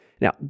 Now